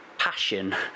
passion